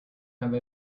have